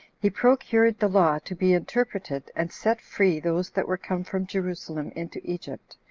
he procured the law to be interpreted, and set free those that were come from jerusalem into egypt,